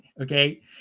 okay